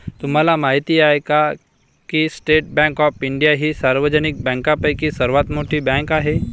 तुम्हाला माहिती आहे का की स्टेट बँक ऑफ इंडिया ही सार्वजनिक बँकांपैकी सर्वात मोठी बँक आहे